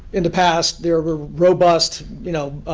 in the past there were robust, you know,